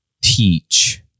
teach